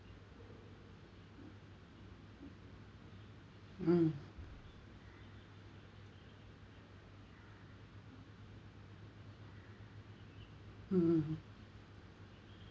mm mm mm mm